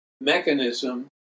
mechanism